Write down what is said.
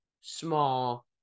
small